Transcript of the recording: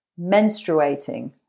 menstruating